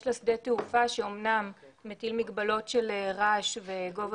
יש לה שדה תעופה שאמנם מטיל מגבלות של רעש וגובה